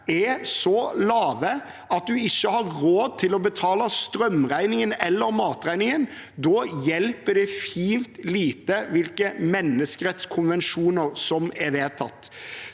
er så lave at de ikke har råd til å betale strømregningen eller matregningen, hjelper det fint lite hvilke menneskerettskonvensjoner som er vedtatt.